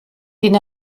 den